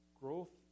growth